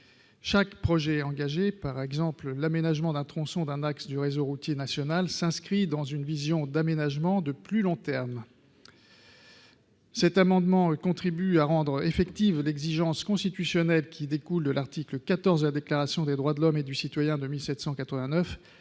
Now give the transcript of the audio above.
Chaque projet engagé, par exemple l'aménagement d'un tronçon sur un axe du réseau routier national, s'inscrit dans une vision d'aménagement de plus long terme. Cet amendement vise à contribuer à rendre effective l'exigence constitutionnelle de bon usage des deniers publics, qui découle de l'article XIV de la Déclaration des droits de l'homme et du citoyen de 1789